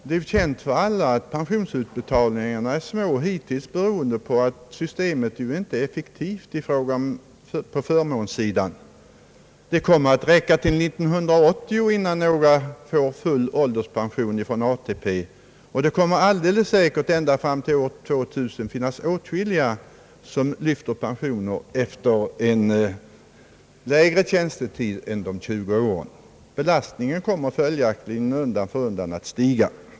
Det är ju känt för alla att pensionsutbetalningarna hittills varit små, beroende på att systemet inte är effektivt ur förmånssynpunkt. Det kommer att dröja ända till år 1980, innan några får full ålderspension från ATP, och det kommer alldeles säkert ända fram till år 2000 att finnas åtskilliga som lyfter pensioner: efter en lägre tjänstetid än 20 år. Belastningen kommer följaktligen undan för undan att stiga.